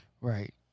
Right